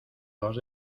dos